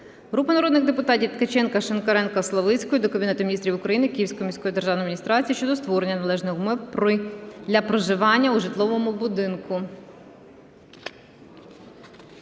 Групи народних депутатів (Ткаченка, Шинкаренка, Славицької) до Кабінету Міністрів України, Київської міської державної адміністрації щодо створення належних умов для проживання у житловому будинку.